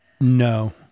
No